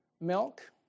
milk